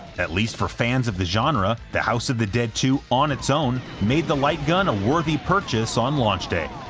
at least for fans of the genre the house of the dead two on its own made a like gun a worthy purchase on launch day.